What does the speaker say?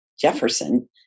Jefferson